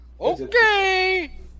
Okay